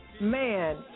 man